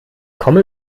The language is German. komme